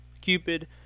Cupid